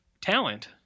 talent